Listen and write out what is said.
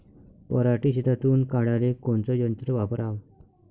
पराटी शेतातुन काढाले कोनचं यंत्र वापराव?